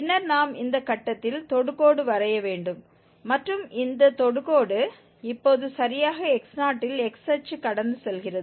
பின்னர் நாம் இந்த கட்டத்தில் தொடுகோடு வரைய வேண்டும் மற்றும் இந்த தொடுகோடு இப்போது சரியாக x0 ல் x அச்சு கடந்து செல்கிறது